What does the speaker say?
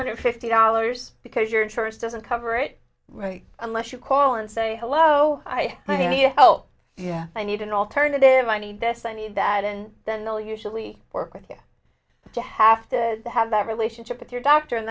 hundred fifty dollars because your insurance doesn't cover it right unless you call and say hello i need help i need an alternative i need this i need that and then they'll usually work with you to have to have that relationship with your doctor and